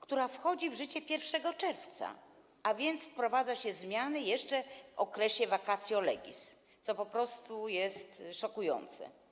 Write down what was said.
która wchodzi w życie 1 czerwca, a więc wprowadza się zmiany jeszcze w okresie vacatio legis, co po prostu jest szokujące.